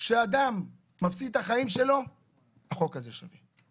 שבגללה אדם מפסיד את החיים שלו - בשביל זה החוק הזה שווה.